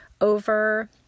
over